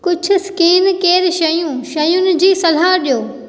कुझु skin care शयूं शयुनि जी सलाह ॾियो